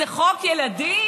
זה חוק ילדים,